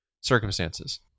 circumstances